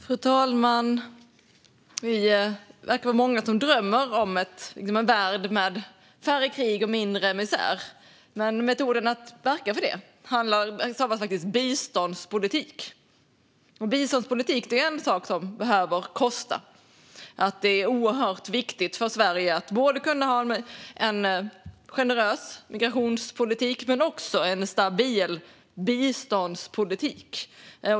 Fru talman! Vi verkar vara många som drömmer om en värld med färre krig och mindre misär. Men metoden att verka för det stavas faktiskt "biståndspolitik". Biståndspolitik är en sak som behöver kosta. Det är oerhört viktigt för Sverige att kunna ha både en generös migrationspolitik och en stabil biståndspolitik.